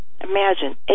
Imagine